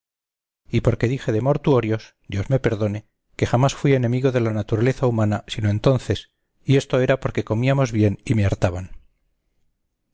y porque dije de mortuorios dios me perdone que jamás fui enemigo de la naturaleza humana sino entonces y esto era porque comíamos bien y me hartaban